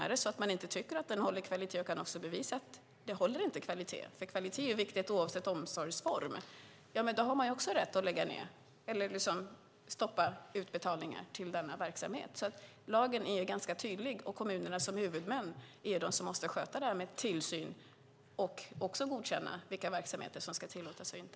Tycker man inte att den håller kvalitet och kan bevisa att den inte håller kvalitet - för kvalitet är viktigt oavsett omsorgsform - har man rätt att lägga ned eller stoppa utbetalningar till denna verksamhet. Lagen är ganska tydlig, och kommunerna, som huvudmän, är de som måste sköta det här med tillsyn och också avgöra vilka verksamheter som ska tillåtas och inte.